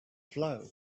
flow